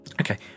Okay